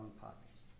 pockets